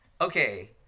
okay